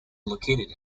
located